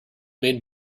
main